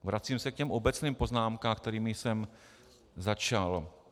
Vracím se k obecným poznámkám, kterými jsem začal.